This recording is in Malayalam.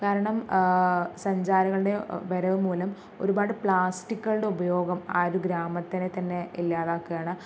കാരണം സഞ്ചരികളുടെ വരവ് മൂലം ഒരുപാട് പ്ലാസ്റ്റിക്കുകളുടെ ഉപയോഗം ആ ഒരു ഗ്രാമത്തിനെ തന്നെ ഇല്ലാതാക്കാണ്